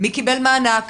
מי קיבל מענק,